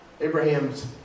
Abraham's